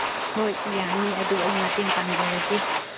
ꯍꯣꯏ ꯌꯥꯅꯤ ꯑꯗꯨ ꯑꯩ ꯃꯇꯦꯡ ꯄꯥꯡꯖꯔꯒꯦ